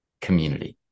community